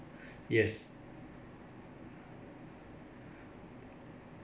yes